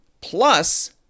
plus